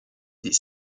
des